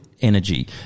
energy